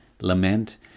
lament